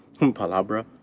Palabra